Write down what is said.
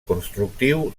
constructiu